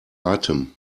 atem